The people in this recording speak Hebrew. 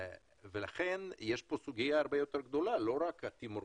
לכן יש פה סוגיה הרבה יותר גדולה, לא רק התמרון.